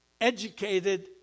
educated